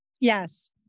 Yes